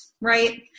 right